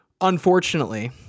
unfortunately